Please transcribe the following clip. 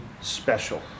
special